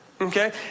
okay